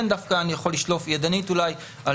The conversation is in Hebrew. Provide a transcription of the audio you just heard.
כן דווקא אני יכול לשלוף ידנית אולי על